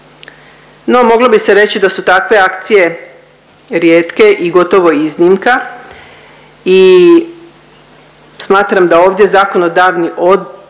No, moglo se reći da su takve akcije rijetke i gotovo iznimka i smatram da ovdje zakonodavni okvir